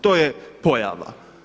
To je pojava.